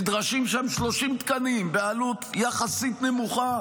נדרשים שם 30 תקנים בעלות יחסית נמוכה.